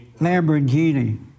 Lamborghini